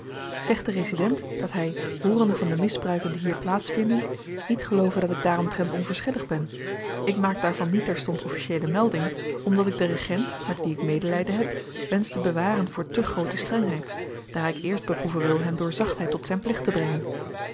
zeg den resident dat hy hoorende van de misbruiken die hier plaats vinden niet geloove dat ik daaromtrent onverschillig ben ik maak daarvan niet terstond officieele melding omdat ik den regent met wien ik medelyden heb wensch te bewaren voor te groote strengheid daar ik eerst beproeven wil hem door zachtheid tot zyn plicht te brengen